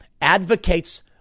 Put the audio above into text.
advocates